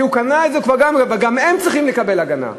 גם הם צריכים לקבל הגנה.